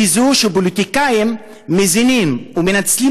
והיא זו שפוליטיקאים מזינים ומנצלים